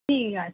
ঠিক আছে